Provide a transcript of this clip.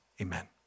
Amen